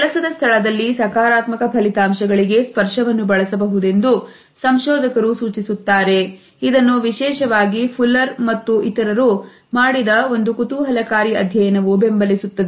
ಕೆಲಸದ ಸ್ಥಳದಲ್ಲಿ ಸಕಾರಾತ್ಮಕ ಫಲಿತಾಂಶಗಳಿಗೆ ಸ್ಪರ್ಶವನ್ನು ಬಳಸಬಹುದೆಂದು ಸಂಶೋಧಕರು ಸೂಚಿಸುತ್ತಾರೆ ಇದನ್ನು ವಿಶೇಷವಾಗಿ ಫುಲ್ಲರ್ ಮತ್ತು ಇತರರು ಮಾಡಿದ ಒಂದು ಕುತೂಹಲಕಾರಿ ಅಧ್ಯಯನವು ಬೆಂಬಲಿಸುತ್ತದೆ